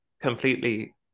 completely